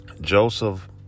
Joseph